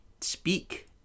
speak